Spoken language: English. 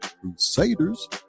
Crusaders